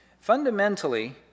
Fundamentally